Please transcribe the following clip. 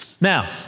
Now